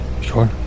Sure